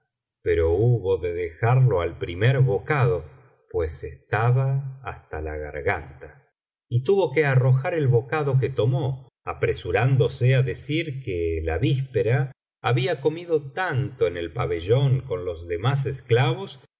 pero hubo de dejarlo al primer bocado pues estaba hasta la garganta y tuvo que arrojar el bocado que tomó apresurándose á decir que la víspera había comido tanto en él pabellón con los demás esclavos